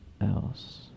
else